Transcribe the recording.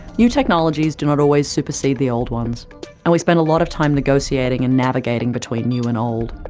new technologies do not always supersede the old ones and we spend a lot of time negotiating and navigating between new and old.